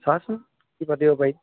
চাওঁচোন কি পাতিব পাৰি